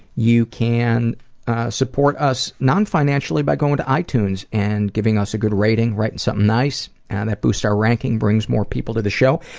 you can support us non-financially by going to itunes and giving us a good rating, writing something nice, and that boosts our ranking, brings more people to the show,